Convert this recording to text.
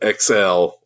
XL